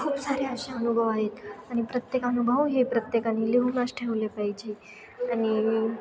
खूप सारे असे अनुभव आहेत आणि प्रत्येक अनुभव हे प्रत्येकाने लिहूनच ठेवले पाहिजे आणि